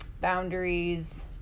boundaries